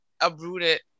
uprooted